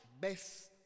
best